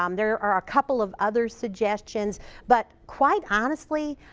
um there are a couple of other suggestions but quite honestly,